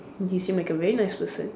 you seem like a very nice person